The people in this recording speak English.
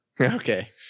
Okay